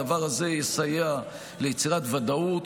הדבר הזה יסייע ליצירת ודאות,